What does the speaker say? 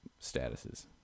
statuses